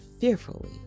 fearfully